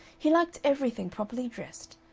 he liked everything properly dressed,